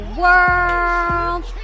world